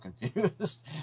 confused